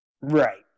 Right